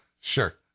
Sure